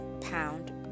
pound